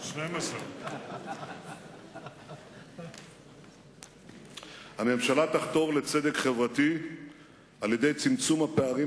12. הממשלה תחתור לצדק חברתי על-ידי צמצום הפערים